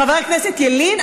חבר הכנסת ילין,